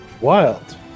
wild